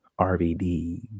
RVD